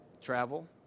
Travel